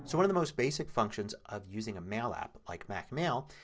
sort of the most basic functions of using a mail app, like mac mail,